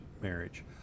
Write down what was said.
marriage